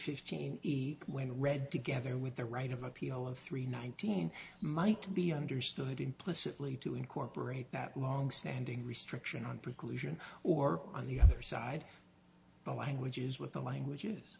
fifteen when read together with the right of appeal of three nineteen might be understood implicitly to incorporate that longstanding restriction on preclusion or on the other side languages with the language